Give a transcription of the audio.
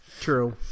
True